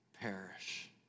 perish